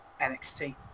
NXT